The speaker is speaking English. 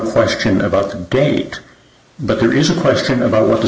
question about the date but there is a question about what the